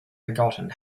forgotten